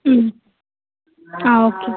okay